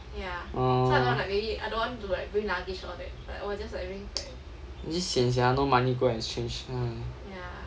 oh actually 闲 sia no money go exchange !hais!